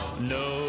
No